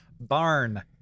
barn